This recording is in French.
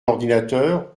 l’ordinateur